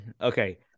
Okay